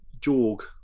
Jorg